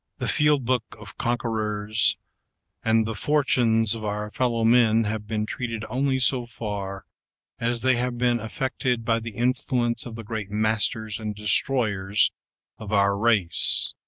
the field-book of conquerors and the fortunes of our fellow-men have been treated only so far as they have been affected by the influence of the great masters and destroyers of our race.